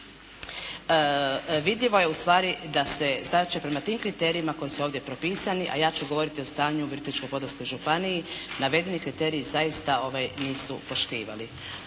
vidljivo je ustvari da se znači prema tim kriterijima koji su ovdje propisani a ja ću govoriti o stanju u Virovitičko-podravskoj županiji navedeni kriteriji zaista nisu poštivali.